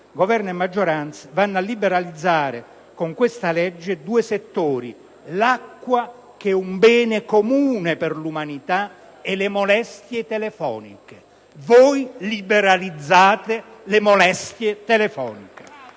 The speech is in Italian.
Governo e maggioranza vanno a liberalizzare con questa legge due settori: l'acqua, che è un bene comune per l'umanità, e le molestie telefoniche. Voi liberalizzate le molestie telefoniche!